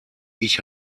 ich